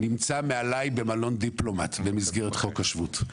נמצא מעליי במלון דיפלומט במסגרת חוק השבות?